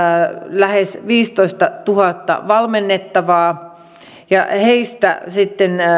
lähes viisitoistatuhatta valmennettavaa ja heistä sitten